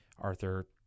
Arthur